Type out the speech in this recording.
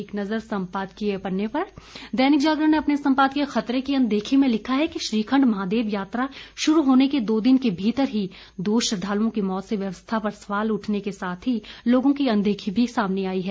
एक नज़र सम्पादकीय पन्ने पर दैनिक जागरण ने अपने संपादकीय खतरे की अनदेखी में लिखा है कि श्रीखंड महादेव यात्रा शुरू होने के दो दिन के भीतर ही दो श्रद्वालुओं की मौत से व्यवस्था पर सवाल उठने के साथ ही लोगों की अनदेखी भी सामने आई है